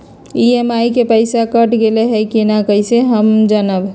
EMI के पईसा cut गेलक कि ना कइसे हम जानब?